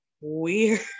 weird